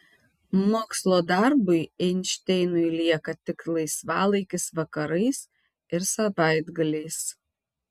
mokslo darbui einšteinui lieka tik laisvalaikis vakarais ir savaitgaliais